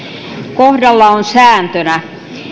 kohdalla on sääntönä